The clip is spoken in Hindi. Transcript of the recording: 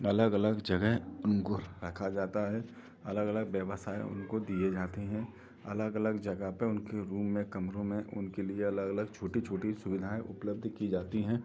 अलग अलग जगह उनको रखा जाता है अलग अलग व्यवसाय उनको दिए जाते हैं अलग अलग जगह पर उनके रूम में कमरों में उनके लिए अलग अलग छोटी छोटी सुविधाऍं उपलब्ध की जाती हैं